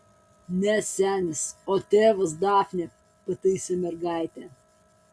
ne senis o tėvas dafne pataisė mergaitę